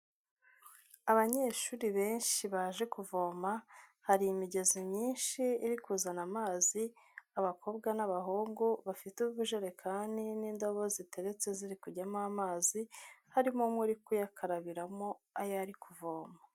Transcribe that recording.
Abanyeshuri benshi baje kuvoma, hari imigezi myinshi iri kuzana amazi, abakobwa n'abahungu bafite ubujerekani n'indobo ziteretse ziri kujyamo amazi, harimo umwe uri kuyakarabiramo, ayo ari kuvoma.